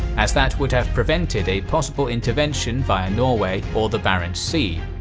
as that would have prevented a possible intervention via norway or the barents sea,